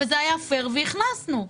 זה היה הוגן והכנסנו אותם.